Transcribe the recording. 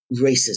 racism